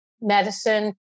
medicine